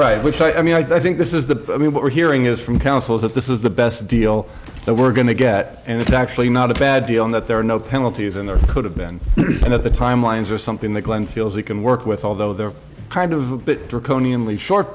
right which i mean i think this is the i mean what we're hearing is from councils that this is the best deal that we're going to get and it's actually not a bad deal in that there are no penalties and there could have been one of the timelines or something that one feels they can work with although they're kind of a bit draconian leigh short